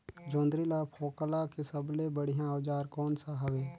जोंदरी ला फोकला के सबले बढ़िया औजार कोन सा हवे?